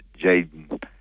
Jaden